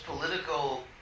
political